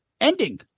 ending